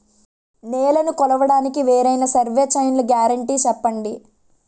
నేలనీ కొలవడానికి వేరైన సర్వే చైన్లు గ్యారంటీ చెప్పండి?